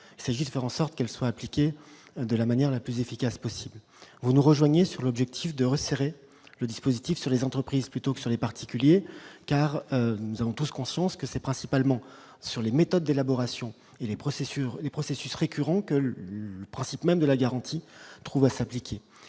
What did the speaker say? juste faire en sorte qu'elle soit appliquée de la manière la plus efficace possible, vous nous rejoignez sur l'objectif de resserrer le dispositif sur les entreprises plutôt que sur les particuliers car nous avons tous conscience que c'est principalement sur les méthodes d'élaboration et les procès sur les processus récurrents que le principe même de la garantie trouve à s'appliquer,